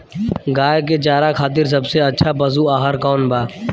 गाय के चारा खातिर सबसे अच्छा पशु आहार कौन बा?